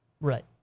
right